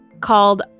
called